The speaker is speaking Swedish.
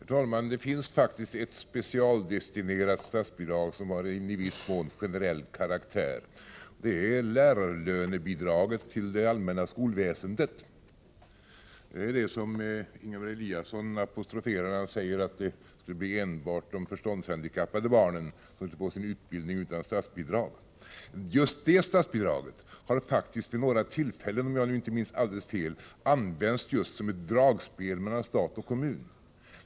Herr talman! Det finns faktiskt ett specialdestinerat statsbidrag som har en i viss mån generell karaktär, nämligen lärarlönebidraget till det allmänna skolväsendet. Det är det som Ingemar Eliasson apostroferar när han säger att det skulle bli enbart de förståndshandikappade barnen som skulle få sin utbildning utan statsbidrag. Just det statsbidraget har vid några tillfällen, om jag nu inte minns alldeles fel, använts som ett dragspel mellan stat och kommun.